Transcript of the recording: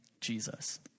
Jesus